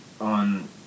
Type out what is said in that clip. on